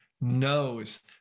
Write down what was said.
knows